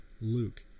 luke